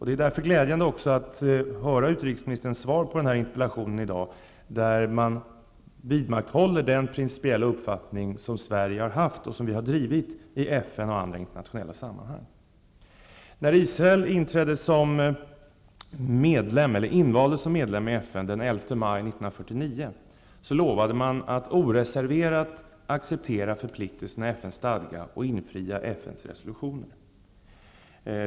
Det är därför glädjande att i dag ta del av utrikesministerns svar på den här interpellationen och konstatera att regeringen vidmakthåller den principiella uppfattning som Sverige har haft och som vi har drivit i FN och i andra internationella sammanhang. 1949 lovade man att oreserverat acceptera förpliktelserna i FN:s stadga och infria FN:s resolutioner.